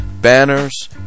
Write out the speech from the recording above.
banners